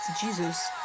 Jesus